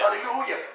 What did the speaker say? hallelujah